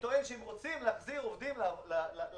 ואני טוען שאם רוצים להחזיר עובדים לעבודה,